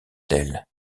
d’elle